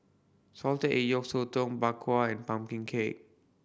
salted egg yolk sotong Bak Kwa and pumpkin cake